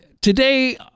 Today